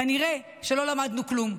כנראה שלא למדנו כלום.